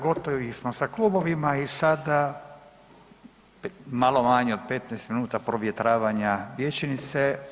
Gotovi smo sa klubovima i sada malo manje od 15 minuta provjetravanja vijećnice.